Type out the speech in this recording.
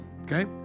okay